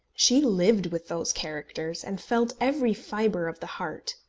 she lived with those characters, and felt every fibre of the heart,